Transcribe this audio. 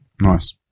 nice